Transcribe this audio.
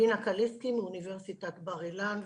בינה קליסקי מאוניברסיטת בר אילן.